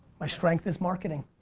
my strength is marketing.